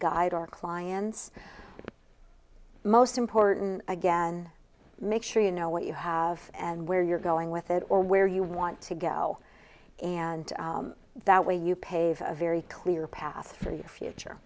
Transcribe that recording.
guide our clients most important again make sure you know what you have and where you're going with it or where you want to go and that way you pave a very clear path for your future